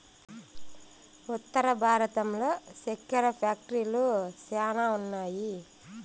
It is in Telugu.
ఉత్తర భారతంలో సెక్కెర ఫ్యాక్టరీలు శ్యానా ఉన్నాయి